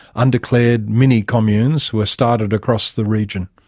undeclared mini-communes were started across the region.